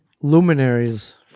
luminaries